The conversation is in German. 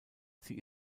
sie